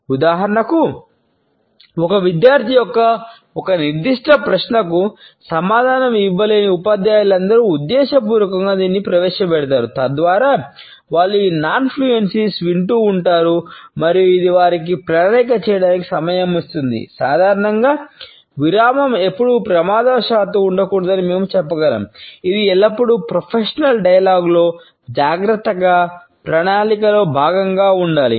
ఉదాహరణకు ఒక విద్యార్థి యొక్క ఒక నిర్దిష్ట ప్రశ్నకు సమాధానం ఇవ్వలేని ఉపాధ్యాయులందరూ ఉద్దేశపూర్వకంగా దీనిని ప్రవేశపెడతారు తద్వారా వారు ఈ నాన్ ఫ్లూయెన్సీలతో జాగ్రత్తగా ప్రణాళికలో భాగంగా ఉండాలి